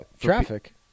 traffic